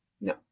No